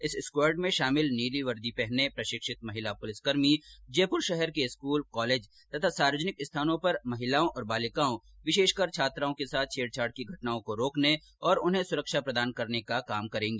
इस स्कवॉड में शामिल नीली वर्दी पहने प्रशिक्षित महिला पुलिसकर्मी जयपुर शहर के स्कूल कॉलेज तथा सार्वजनिक स्थानों पर महिलाओं और बालिकाओं विशेषकर छात्राओं के साथ छेड़छाड़ की घटनाओं को रोकने तथा उन्हें सुरक्षा प्रदान करने का कार्य करेंगी